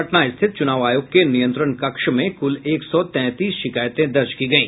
पटना स्थित चूनाव आयोग के नियंत्रण कक्ष में क्ल एक सौ तैंतीस शिकायतें दर्ज की गयी